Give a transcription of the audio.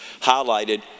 highlighted